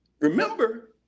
remember